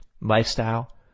lifestyle